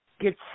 get